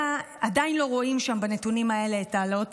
עדיין לא רואים בנתונים האלה את העלאות